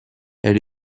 elle